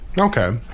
okay